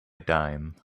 dime